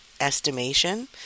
estimation